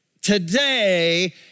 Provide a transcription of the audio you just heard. today